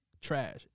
trash